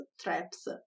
traps